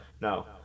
No